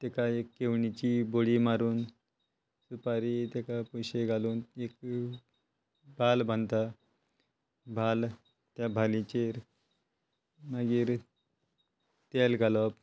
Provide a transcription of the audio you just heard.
ते तेका एक केवणीची बडी मारून सुपारी तेका पयशे घालून एक बाल बांदता भाल त्या भालीचेर मागीर तेल घालप